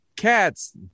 cats